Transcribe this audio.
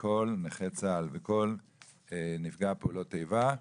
שכל נכה צה"ל וכל נפגע פעולת איבה,